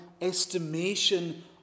estimation